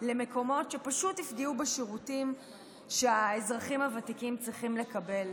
למקומות שפשוט יפגעו בשירותים שהאזרחים הוותיקים צריכים לקבל.